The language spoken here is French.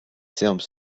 serbes